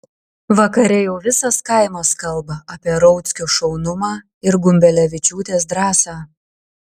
vakare jau visas kaimas kalba apie rauckio šaunumą ir gumbelevičiūtės drąsą